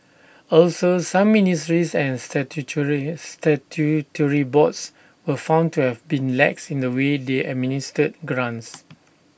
also some ministries and statutory statutory boards were found to have been lax in the way they administered grants